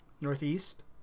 Northeast